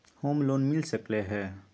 Home loan मिल सकलइ ह?